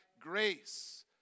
grace